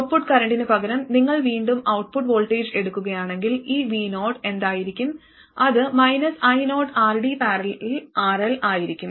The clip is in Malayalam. ഔട്ട്പുട്ട് കറന്റിനുപകരം നിങ്ങൾ വീണ്ടും ഔട്ട്പുട്ട് വോൾട്ടേജ് എടുക്കുകയാണെങ്കിൽ ഈ vo എന്തായിരിക്കും അത് -ioRD||RL ആയിരിക്കും